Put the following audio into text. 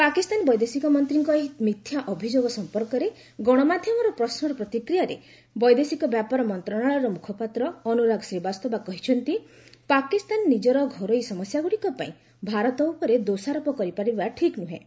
ପାକିସ୍ତାନ ବୈଦେଶିକ ମନ୍ତ୍ରୀଙ୍କ ଏହି ମିଥ୍ୟା ଅଭିଯୋଗ ସଂପର୍କରେ ଗଣମାଧ୍ୟମ ପ୍ରଶ୍ମର ପ୍ରତିକ୍ରିୟାରେ ବୈଦେଶିକ ବ୍ୟାପାର ମନ୍ତ୍ରଣାଳୟର ମୁଖପାତ୍ର ଅନୁରାଗ ଶ୍ରୀବାସ୍ତବା କହିଛନ୍ତି ପାକିସ୍ତାନ ନିଜର ଘରୋଇ ସମସ୍ୟାଗୁଡ଼ିକ ପାଇଁ ଭାରତ ଉପରେ ଦୋଷାରୋପ କରିବ ଠିକ୍ ନୁହେଁ